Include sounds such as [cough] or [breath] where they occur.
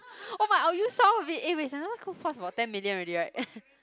[breath] oh my I'll use some of it oh wait Sentosa Cove cost about ten million already right [laughs]